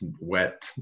wet